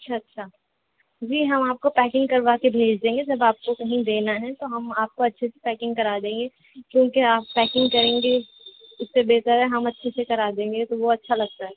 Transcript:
اچھا اچھا جی ہم آپ کو پیکنگ کروا کے بھیج دیں گے جب آپ کو کہیں دینا ہے تو ہم آپ کو اچھے سے پیکنگ کرا دیں گے کیونکہ آپ پیکنگ کریں گے اس سے بہتر ہے ہم اچھے سے کرا دیں گے تو وہ اچھا لگتا ہے